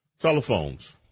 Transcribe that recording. Telephones